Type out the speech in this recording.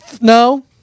No